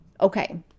Okay